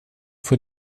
vor